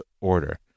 Order